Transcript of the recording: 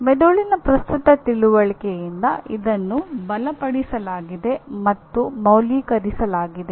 ಮೆದುಳಿನ ಪ್ರಸ್ತುತ ತಿಳುವಳಿಕೆಯಿಂದ ಇದನ್ನು ಬಲಪಡಿಸಲಾಗಿದೆ ಮತ್ತು ಮೌಲ್ಯೀಕರಿಸಲಾಗಿದೆ